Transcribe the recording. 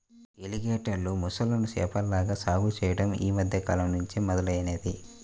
ఎలిగేటర్లు, మొసళ్ళను చేపల్లాగా సాగు చెయ్యడం యీ మద్దె కాలంనుంచే మొదలయ్యింది